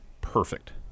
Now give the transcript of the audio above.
perfect